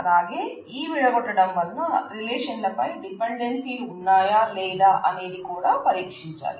అలాగే ఈ విడగొట్టడం వలన రిలేషన్లపై డిపెండెన్సీ లు ఉన్నాయా లేదా అనేది కూడా పరీక్షించాలి